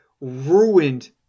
ruined